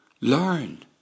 learn